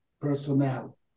personnel